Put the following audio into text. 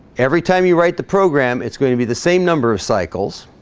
every time you write the program it's going to be the same number of cycles